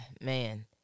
man